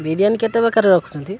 ବିରିୟାନୀ କେତେ ପ୍ରକାର ରଖୁଛନ୍ତି